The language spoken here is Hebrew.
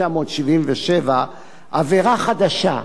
עבירה חדשה,